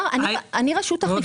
אני רשות אכיפה.